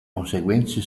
conseguenze